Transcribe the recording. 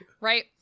Right